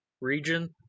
region